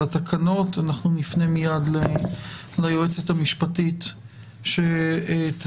התקנות, אנחנו נפנה מייד ליועצת המשפטית שתציג